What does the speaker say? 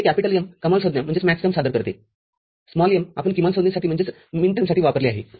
हे capital M कमाल संज्ञा सादर करतेस्मॉल m आपण किमान संज्ञेसाठी वापरले आहे